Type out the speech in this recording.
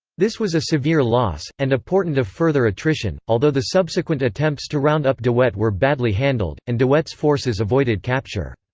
this was a severe loss, and a portent of further attrition, although the subsequent attempts to round up de wet were badly handled, and de wet's forces avoided capture.